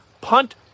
Punt